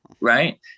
right